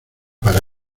para